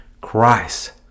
Christ